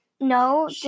No